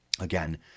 again